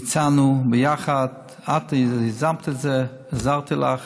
ביצענו ביחד, את יזמת את זה, עזרתי לך.